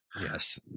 Yes